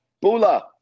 Bula